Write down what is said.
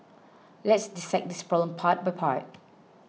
let's dissect this problem part by part